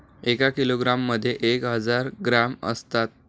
एका किलोग्रॅम मध्ये एक हजार ग्रॅम असतात